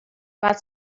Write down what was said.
bought